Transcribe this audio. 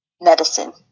medicine